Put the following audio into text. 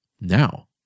Now